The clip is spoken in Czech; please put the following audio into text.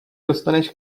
dostaneš